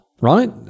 Right